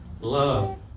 love